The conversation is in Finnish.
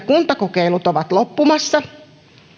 kuntakokeilut ovat loppumassa